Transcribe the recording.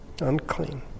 Unclean